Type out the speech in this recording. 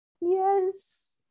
Yes